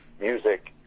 music